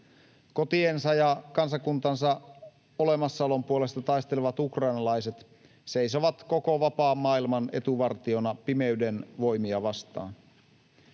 Kotiensa ja kansakuntansa olemassaolon puolesta taistelevat ukrainalaiset seisovat koko vapaan maailman etuvartiona pimeyden voimia vastaan.